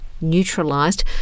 neutralised